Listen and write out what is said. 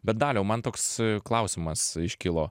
bet daliau man toks klausimas iškilo